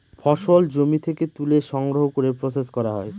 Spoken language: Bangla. ফসল জমি থেকে তুলে সংগ্রহ করে প্রসেস করা হয়